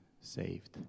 saved